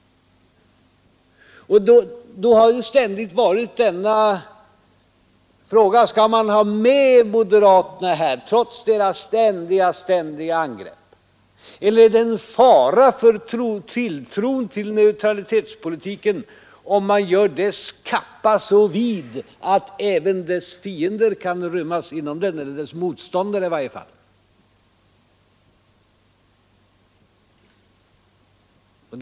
Frågan har alltid varit: Skall man ha med moderaterna här trots deras ständiga angrepp, eller innebär det en fara för tilltron till neutralitetspolitiken om man gör dess kappa så vid att även dess fiender — eller i varje fall dess motståndare — kan rymmas inom den?